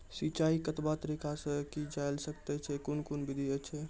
सिंचाई कतवा तरीका सअ के जेल सकैत छी, कून कून विधि ऐछि?